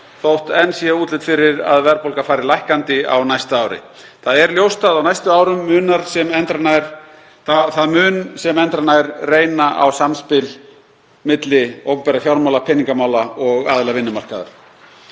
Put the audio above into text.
þótt enn sé útlit fyrir að verðbólga fari lækkandi á næsta ári. Það er ljóst að á næstu árum mun sem endranær reyna á samspil milli opinberra fjármála, peningamála og aðila vinnumarkaðar.